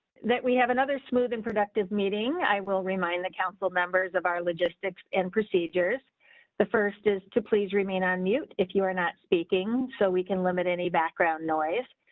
that we have another smooth and productive meeting, i will remind the council members of our logistics and procedures the first, is to please remain on mute if you are not speaking. so we can limit any background noise.